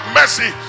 mercy